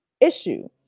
issue